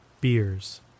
beers